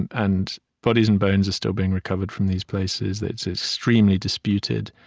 and and bodies and bones are still being recovered from these places. it's extremely disputed,